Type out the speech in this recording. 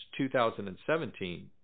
2017